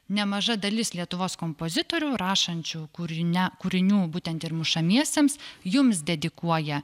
nemaža dalis lietuvos kompozitorių rašančių kūrinia kūrinių būtent ir mušamiesiems jums dedikuoja